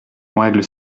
règle